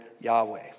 Yahweh